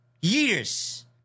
Years